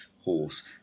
horse